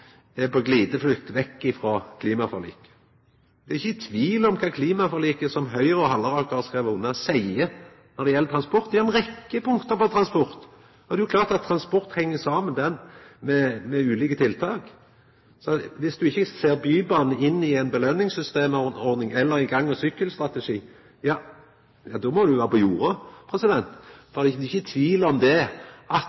er på glideflukt vekk frå klimaforliket. Det er ikkje tvil om kva klimaforliket, som Høgre og Halleraker har skrive under, seier når det gjeld transport. Det er ei rekkje punkt på transport. Det er jo klart at transport heng saman med ulike tiltak. Viss ein ikkje ser Bybanen i ei belønningsordning eller ein gang- og sykkelstrategi, må ein jo vera på jordet. Det er jo ikkje tvil om at